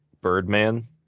Birdman